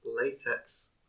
latex